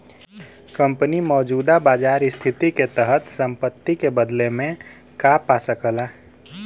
company मौजूदा बाजार स्थिति के तहत संपत्ति के बदले में का पा सकला